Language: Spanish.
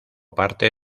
parte